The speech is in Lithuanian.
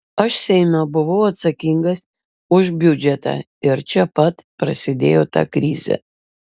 aš seime buvau atsakingas už biudžetą ir čia pat prasidėjo ta krizė